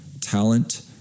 talent